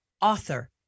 author